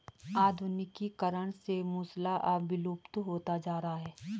आधुनिकीकरण से मूसल अब विलुप्त होता जा रहा है